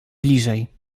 bliżej